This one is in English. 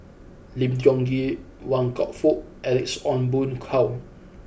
Lim Tiong Ghee Wan Kam Fook Alex Ong Boon Hau